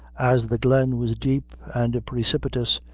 as the glen was deep and precipitous,